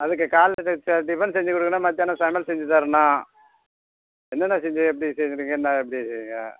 அதுக்கு காலைல டிஃபன் செஞ்சிக் கொடுக்கணும் மத்தியானம் சமையல் செஞ்சித் தரணும் என்னென்ன செஞ்சு எப்படி கேட்குறீங்க என்ன எப்படி யா